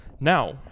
Now